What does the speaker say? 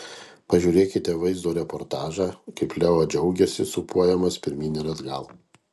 pažiūrėkite vaizdo reportažą kaip leo džiaugiasi sūpuojamas pirmyn ir atgal